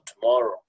tomorrow